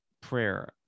prayer